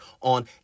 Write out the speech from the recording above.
on